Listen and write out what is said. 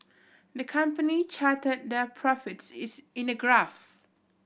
the company charted their profits in a graph